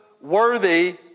worthy